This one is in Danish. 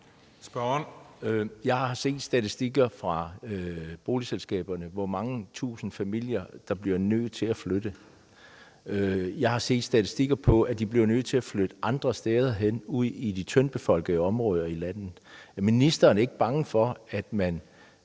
Jeg har set statistikker fra boligselskaberne over, hvor mange tusinde familier der bliver nødt til at flytte. Jeg har set statistikker, der viser, at de bliver nødt til at flytte andre steder hen og ud i de tyndtbefolkede områder i landet. Er ministeren ikke bange for, at man